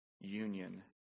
union